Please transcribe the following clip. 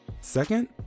Second